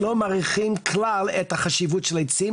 לא מעריכים כלל את החשיבות של העצים